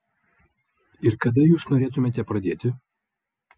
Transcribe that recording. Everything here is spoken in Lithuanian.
ir kada jūs norėtumėte pradėti